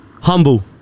Humble